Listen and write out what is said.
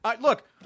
Look